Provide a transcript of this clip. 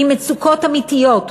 עם מצוקות אמיתיות,